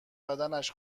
بدنش